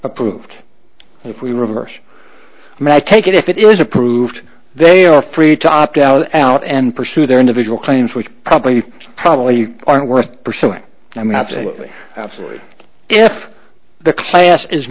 approved if we reverse my take it if it is approved they are free to opt out out and pursue their individual claims which probably probably aren't worth pursuing i mean absolutely absolutely if the class is